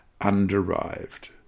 underived